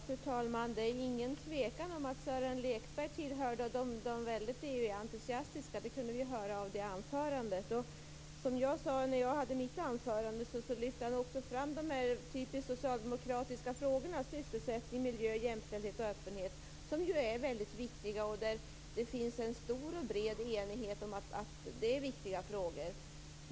Fru talman! Det råder inget tvivel om att Sören Lekberg hör till de mycket EU-entusiastiska. Det kunde vi höra av hans anförande. Som jag sade när jag höll mitt anförande lyfte han också fram de typiskt socialdemokratiska frågorna sysselsättning, miljö, jämställdhet och öppenhet, som ju är väldigt viktiga. Det finns en stor och bred enighet om att det är viktiga frågor.